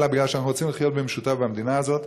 אלא בגלל שאנחנו רוצים לחיות במשותף במדינה הזאת,